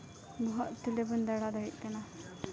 ᱵᱚᱦᱚᱜ ᱛᱩᱞ ᱠᱟᱛᱮ ᱵᱚᱱ ᱫᱟᱬᱟ ᱫᱟᱲᱮᱭᱟᱜ ᱠᱟᱱᱟ